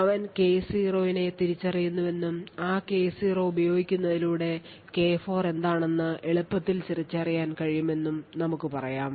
അവൻ K0 നെ തിരിച്ചറിയുന്നുവെന്നും ആ K0 ഉപയോഗിക്കുന്നതിലൂടെ K4 എന്താണ് എന്നു എളുപ്പത്തിൽ തിരിച്ചറിയാൻ കഴിയുമെന്നും നമുക്ക് പറയാം